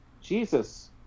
Jesus